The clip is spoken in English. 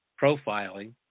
profiling